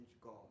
God